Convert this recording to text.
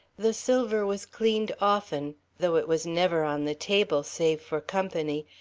the silver was cleaned often, though it was never on the table, save for company,